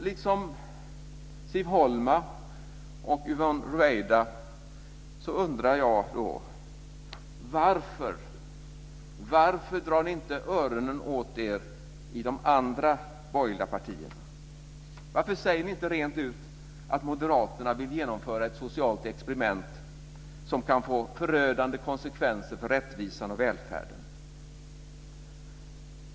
Liksom Siv Holma och Yvonne Ruwaida undrar jag: Varför drar ni i de andra borgerliga partierna inte öronen åt er? Varför säger ni inte rent ut att Moderaterna vill genomföra ett socialt experiment som kan få förödande konsekvenser för rättvisan och välfärden?